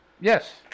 Yes